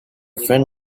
friend